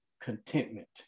contentment